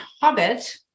hobbit